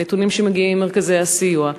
הנתונים שמגיעים ממרכזי הסיוע,